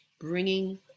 bringing